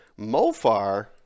Mofar